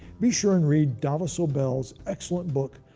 be sure and read dava sobel's excellent book,